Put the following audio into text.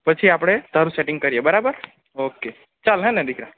પછી આપણે તારું સેટિંગ કરીએ બરાબર છે ને ઓકે ચાલ હેંને દીકરા